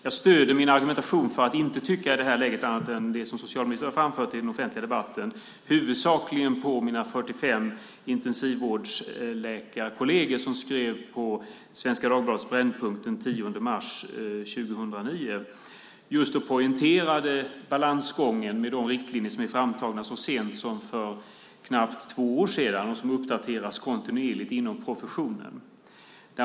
Jag stöder min argumentation för att i det här läget inte tycka annat än det som socialministern har framfört i den offentliga debatten huvudsakligen på mina 45 intensivvårdsläkarkolleger som skrev på Svenska Dagbladets Brännpunkt den 10 mars 2009 och just poängterade balansgången med de riktlinjer som är framtagna så sent som för knappt två år sedan och som uppdateras kontinuerligt inom professionen.